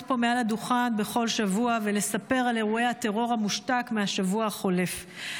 פה מעל הדוכן בכל שבוע ולספר על אירועי הטרור המושתק מהשבוע החולף.